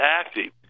active